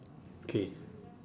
okay